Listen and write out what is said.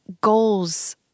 goals